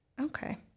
Okay